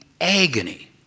agony